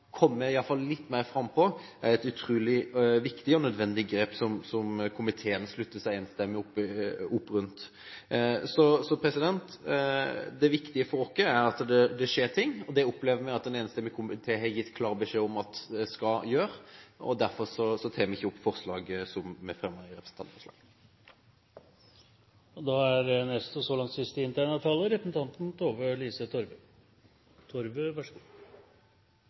komme i hvert fall litt mer frampå, er et utrolig viktig og nødvendig grep som komiteen slutter enstemmig opp om. Det viktige for oss er at noe skjer, og det opplever vi at en enstemmig komité har gitt klar beskjed om at det skal, og derfor tar vi ikke opp forslaget som vi fremmet i